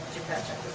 imagine